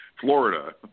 Florida